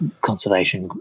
conservation